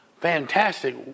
fantastic